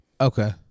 Okay